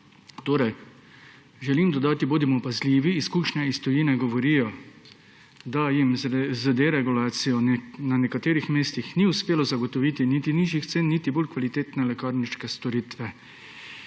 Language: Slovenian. Torej želim dodati, bodimo pazljivi, izkušnje iz tujine govorijo, da jim z deregulacijo na nekaterih mestih ni uspelo zagotoviti niti nižjih cen niti bolj kvalitetne lekarniške storitve.